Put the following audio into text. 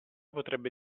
potrebbe